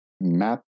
map